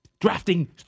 drafting